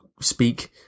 speak